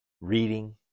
reading